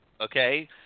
okay